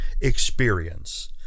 experience